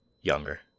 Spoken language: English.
Younger